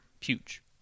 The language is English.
huge